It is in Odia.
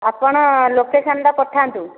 ଆପଣ ଲୋକେସନ୍ଟା ପଠାନ୍ତୁ